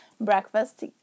breakfast